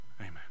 Amen